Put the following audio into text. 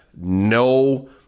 no